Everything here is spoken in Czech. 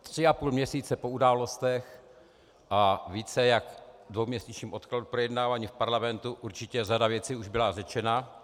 Tři a půl měsíce po událostech a více jak dvouměsíčním odkladu projednávání v parlamentu určitě řada věcí už byla řečena.